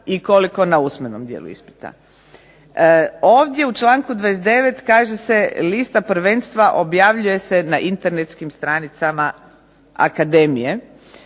i koliko na usmenom dijelu ispita. Ovdje u članku 29. kaže se lista prvenstva objavljuje se na Internetskim stranicama akademije.